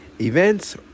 events